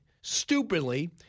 stupidly